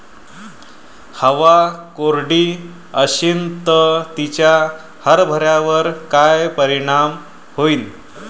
हवा कोरडी अशीन त तिचा हरभऱ्यावर काय परिणाम होईन?